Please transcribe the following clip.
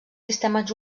sistemes